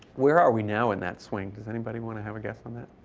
where are we now in that swing? does anybody want to have a guess on that?